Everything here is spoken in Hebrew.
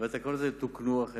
והתקנות האלה אכן תוקנו.